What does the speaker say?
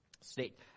state